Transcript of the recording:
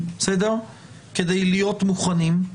כדי להיות מוכנים.